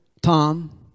Tom